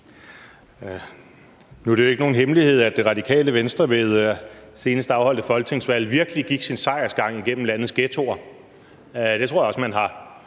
Nu er det jo ikke nogen hemmelighed, at Radikale Venstre ved senest afholdte folketingsvalg virkelig gik sin sejrsgang gennem landets ghettoer, og det tror jeg også at man har